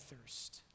thirst